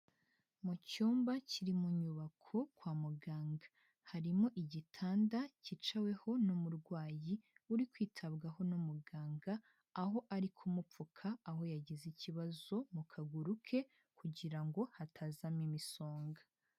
Mu cyumba kiri mu nyubako kwa muganga, harimo igitanda kicaweho n'umurwayi uri kwitabwaho n'umuganga, aho ari kumupfuka aho yagize ikibazo mu kaguru ke kugira ngo hatazamo imisonga.